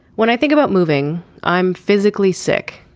when i think about moving i'm physically sick.